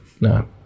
No